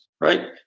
right